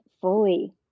fully